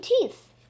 teeth